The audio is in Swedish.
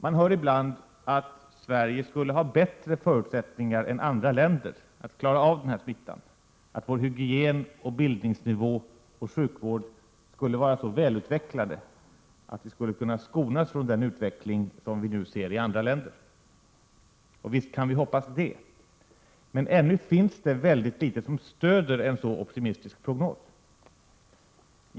Man hör ibland att Sverige skulle ha bättre förutsättningar än andra länder att klara av den här smittan, att vår hygien, bildningsnivå och sjukvård skulle vara så välutvecklade att vi skulle kunna skonas från den utveckling som vi nu ser i andra länder. Visst kan vi hoppas det, men ännu finns det väldigt litet som stöder en så optimistisk prognos.